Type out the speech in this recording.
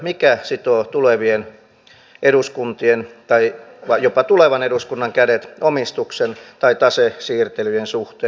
mikä sitoo tulevien eduskuntien tai jopa tulevan eduskunnan kädet omistuksen tai tasesiirtelyjen suhteen